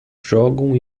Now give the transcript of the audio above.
jogam